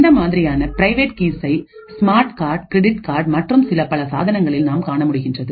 இந்த மாதிரியான பிரைவேட் கீஸ்சை ஸ்மார்ட் கார்டு கிரெடிட் கார்ட் மற்றும் சில பல சாதனங்களில் நாம் காண முடிகின்றது